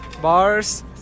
bars